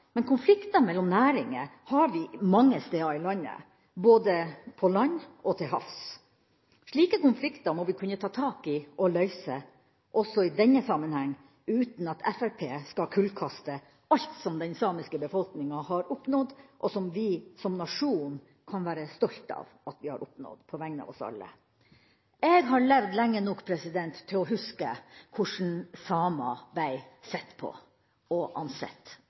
men konflikter mellom næringer har vi mange steder i landet, både på land og til havs. Slike konflikter må vi kunne ta tak i og løse, også i denne sammenheng, uten at Fremskrittspartiet skal kullkaste alt som den samiske befolkninga har oppnådd, og som vi som nasjon kan være stolt av at vi har oppnådd, på vegne av oss alle. Jeg har levd lenge nok til å huske hvordan samer blei sett på, ansett og